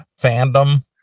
fandom